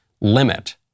limit